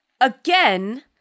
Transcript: Again